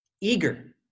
eager